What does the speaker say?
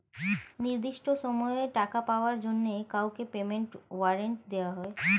নির্দিষ্ট সময়ে টাকা পাওয়ার জন্য কাউকে পেমেন্ট ওয়ারেন্ট দেওয়া হয়